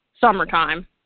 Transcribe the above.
summertime